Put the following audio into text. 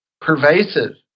Pervasive